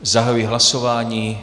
Zahajuji hlasování.